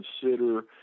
consider